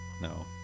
No